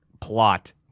plot